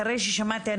אחרי ששמעתי,